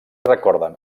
recorden